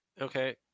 Okay